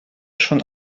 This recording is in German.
schon